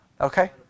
Okay